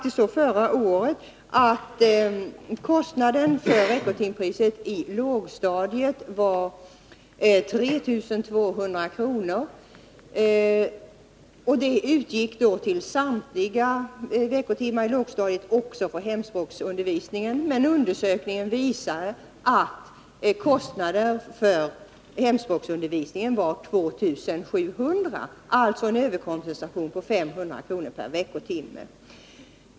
Kostnaden per veckotimme i lågstadiet var förra året 3 200 kr., och det beloppet utgick till samtliga veckotimmar i lågstadiet, också hemspråksundervisningen. Men undersökningen visar att kostnaden för hemspråksundervisningen var 2 700 kr., och det utgick alltså en överkompensation på 500 kr. per veckotimme.